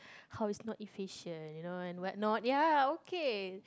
how is not efficient you know and what not ya okay